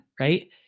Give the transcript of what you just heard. right